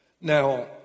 Now